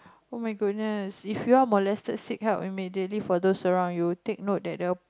oh-my-goodness if you're molested seek help immediately from those around you take note that there will